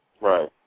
Right